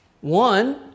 One